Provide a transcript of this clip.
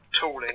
tooling